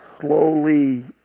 slowly